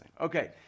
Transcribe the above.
Okay